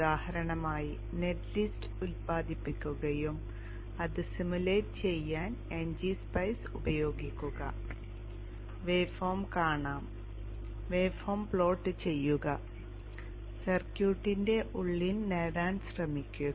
ഉദാഹരണമായി net list ഉത്പാദിപ്പിക്കുകയും അത് സിമുലേറ്റ് ചെയ്യാൻ ngSpice ഉപയോഗിക്കുക വേ ഫോം കാണാം വേ ഫോം പ്ലോട്ട് ചെയ്യുക സർക്യൂട്ടിന്റെ ഉള്ളിൽ നേടാൻ ശ്രമിക്കുക